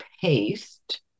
paste